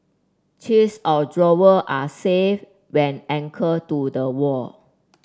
chests of drawer are safe when anchored to the wall